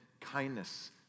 kindness